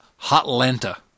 Hotlanta